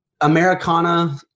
Americana